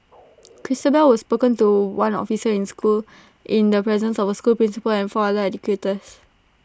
Christabel was spoken to one officer in school in the presence of the school principal and four other educators